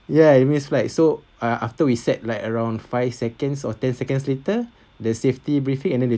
ya I miss flight like so uh after we set like around five seconds or ten seconds later the safety briefing and then